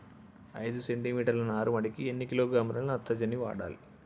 ఐదు సెంటిమీటర్ల నారుమడికి ఎన్ని కిలోగ్రాముల నత్రజని వాడాలి?